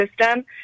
system